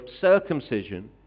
circumcision